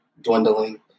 dwindling